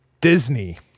Disney